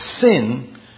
sin